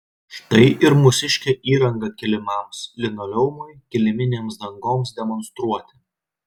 štai ir mūsiškė įranga kilimams linoleumui kiliminėms dangoms demonstruoti